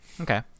okay